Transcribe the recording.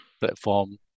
platform